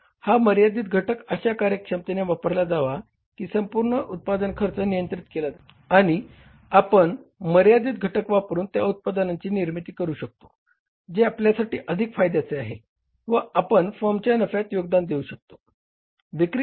तर हा मर्यादित घटक अशा कार्यक्षमतेने वापरला जावा की संपूर्ण उत्पादन खर्च नियंत्रित केला जाईल आणि आपण मर्यादित घटक वापरुन त्या उत्पादनांची निर्मिती करू शकतो जे आपल्यासाठी अधिक फायद्याचे आहे व आपण फर्मच्या नफ्यात योगदान देऊ शकतोत